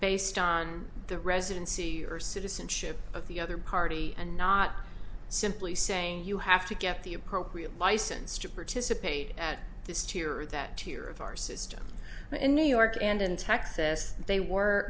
based on the residency or citizenship of the other party and not simply saying you have to get the appropriate license to participate at this two year that two year of our system in new york and in texas they were